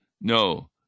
No